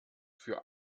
für